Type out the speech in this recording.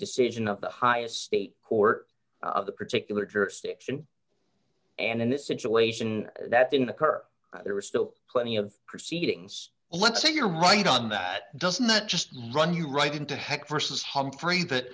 decision of the highest state court of the particular jurisdiction and in this situation that didn't occur there was still plenty of proceedings let's say you're right on that doesn't that just run you right into heck versus humphrey